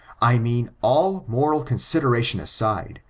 i mean, all moral considerations aside,